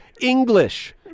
English